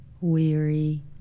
weary